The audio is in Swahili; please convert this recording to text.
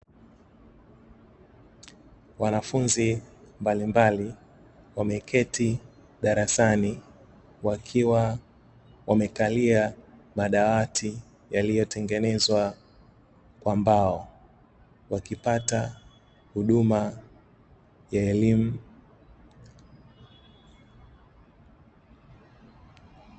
Wanafunzi mbalimbali wameketi darasani, wakiwa wamekalia madawati yaliyo tengenezwa kwa mbao wakipata huduma ya elimu.